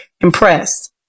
impressed